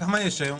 כמה יש היום?